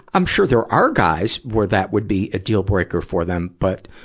i'm sure there are guys where that would be a deal breaker for them. but,